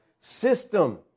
system